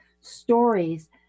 stories